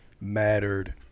mattered